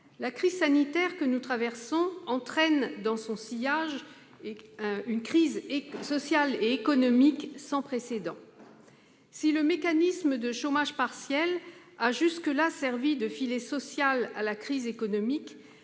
La crise sanitaire que nous traversons entraîne dans son sillage une crise sociale et économique sans précédent. Si le mécanisme de chômage partiel a jusque-là servi de filet social à la crise économique,